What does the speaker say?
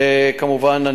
וכמובן,